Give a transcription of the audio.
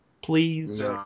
please